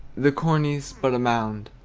the cornice but a mound.